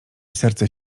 serce